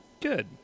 Good